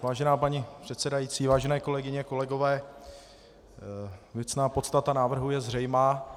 Vážená paní předsedající, vážené kolegyně, kolegové, věcná podstata návrhu je zřejmá.